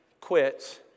quits